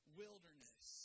wilderness